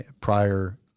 prior